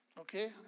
Okay